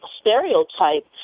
stereotype